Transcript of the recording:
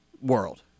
world